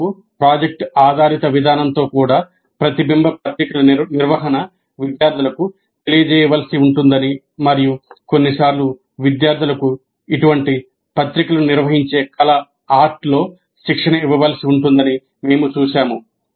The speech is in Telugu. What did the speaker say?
బోధనకు ప్రాజెక్ట్ ఆధారిత విధానంతో కూడా ప్రతిబింబ పత్రికల నిర్వహణ విద్యార్థులకు తెలియజేయవలసి ఉంటుందని మరియు కొన్నిసార్లు విద్యార్థులకు ఇటువంటి పత్రికలను నిర్వహించే కళ లో శిక్షణ ఇవ్వవలసి ఉంటుందని మేము చూశాము